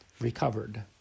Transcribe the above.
recovered